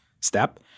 Step